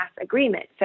agreement